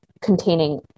containing